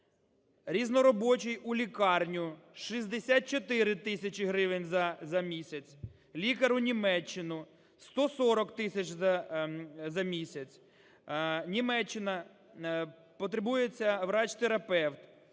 різноробочий у лікарню – 64 тисячі гривень за місяць. Лікар у Німеччину – 140 тисяч за місяць. Німеччина: потребується врач-терапевт